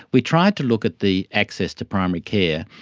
we tried to look at the access to primary care,